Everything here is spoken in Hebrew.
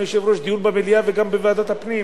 אדוני היושב-ראש,